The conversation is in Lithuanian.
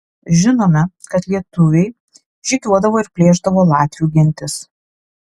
žinome kad lietuviai žygiuodavo ir plėšdavo latvių gentis